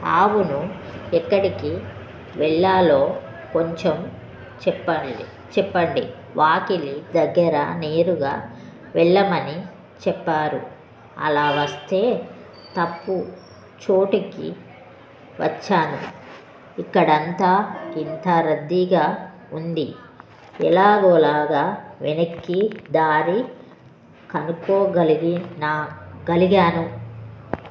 అవును ఎక్కడికి వెళ్ళాలో కొంచెం చెప్పండి చెప్పండి వాకిలి దగ్గర నేరుగా వెళ్ళమని చెప్పారు అలా వస్తే తప్పు చోటకి వచ్చాను ఇక్కడంతా ఇంత రద్దీగా ఉంది ఎలాగో ఒకలాగ వెనక్కి దారి కనుక్కోగలిగినా గలిగాను